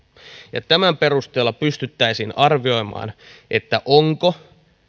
on tämän perusteella pystyttäisiin arvioimaan onko